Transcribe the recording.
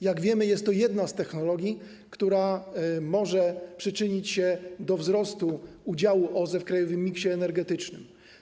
Jak wiemy, jest to jedna z technologii, która może przyczynić się do wzrostu udziału OZE w krajowym miksie energetycznym.